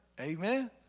Amen